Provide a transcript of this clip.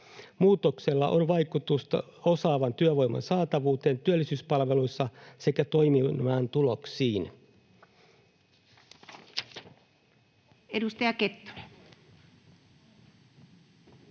Muutoksella on vaikutusta osaavan työvoiman saatavuuteen työllisyyspalveluissa sekä toiminnan tuloksiin. [Speech